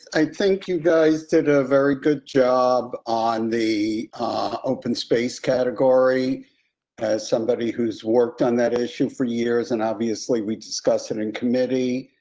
i think you guys did a very good job on the open space category as somebody who's worked on that issue for years and obviously we discussed it in committee.